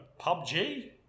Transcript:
PUBG